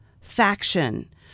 faction